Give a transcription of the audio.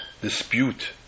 dispute